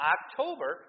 October